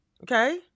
Okay